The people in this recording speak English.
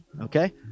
okay